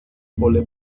volle